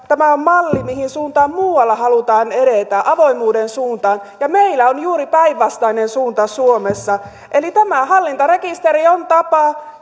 tämä on malli mihin suuntaan muualla halutaan edetä avoimuuden suuntaan että meillä on juuri päinvastainen suunta suomessa tämä hallintarekisteri on tapa